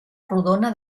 rodona